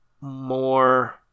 more